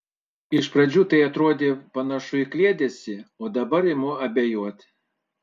iš pradžių tai atrodė panašu į kliedesį o dabar imu abejot